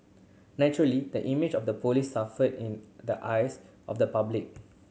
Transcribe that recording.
naturally the image of the police suffered in the eyes of the public